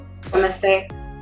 Namaste